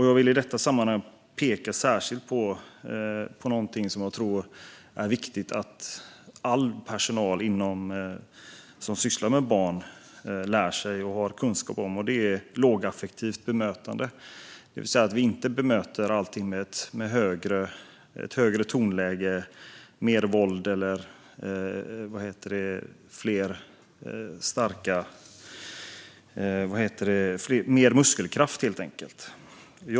Jag vill i detta sammanhang särskilt peka på något som all personal som sysslar med barn ska lära sig och ha kunskap om, nämligen lågaffektivt bemötande. Vi ska alltså inte bemöta allt med ett högre tonläge, mer våld eller mer muskelkraft.